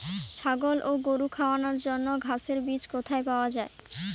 ছাগল ও গরু খাওয়ানোর জন্য ঘাসের বীজ কোথায় পাওয়া যায়?